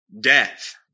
death